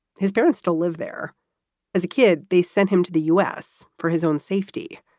his parents still live there as a kid. they sent him to the u s. for his own safety.